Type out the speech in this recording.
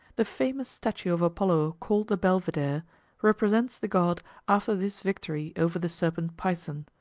the famous statue of apollo called the belvedere represents the god after this victory over the serpent python.